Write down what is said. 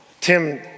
Tim